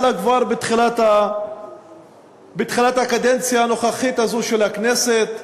לה כבר בתחילת הקדנציה הנוכחית הזאת של הכנסת.